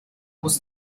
muss